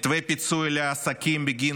מתווה פיצוי לעסקים בגין